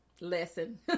lesson